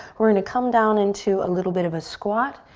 we're going to come down into a little bit of a squat.